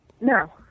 No